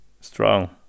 strong